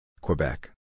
Quebec